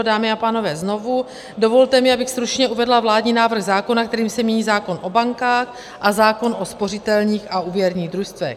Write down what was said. Dámy a pánové, znovu, dovolte mi, abych stručně uvedla vládní návrh zákona, kterým se mění zákon o bankách a zákon o spořitelních a úvěrních družstvech.